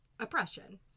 Oppression